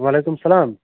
وعلیکُم السَلام